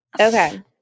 Okay